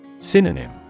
Synonym